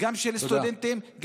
ב-2014-2013 הייתי סגן שר,